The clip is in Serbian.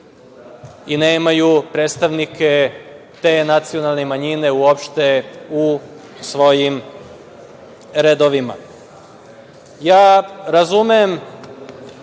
i nemaju predstavnike te nacionalne manjine uopšte u svojim redovima. Razumem